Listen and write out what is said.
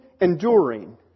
enduring